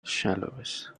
shallowest